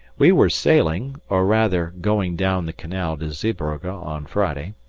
we were sailing, or rather going down the canal to zeebrugge on friday,